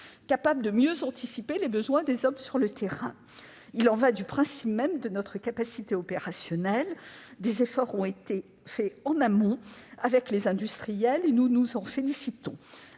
capable de mieux anticiper les besoins des hommes sur le terrain. Il y va du principe même de notre capacité opérationnelle. Des efforts ont été réalisés en amont avec les industriels, et nous nous en félicitons.